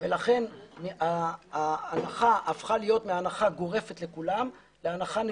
ולכן ההנחה הפכה להיות מהנחה גורפת לכולם להנחה נקודתית.